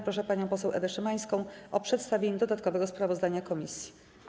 Proszę panią poseł Ewę Szymańską o przedstawienie dodatkowego sprawozdania komisji.